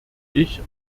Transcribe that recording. ich